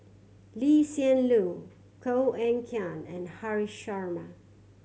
Lee Hsien Loong Koh Eng Kian and Haresh Sharma